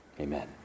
Amen